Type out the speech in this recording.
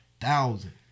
thousand